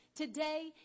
today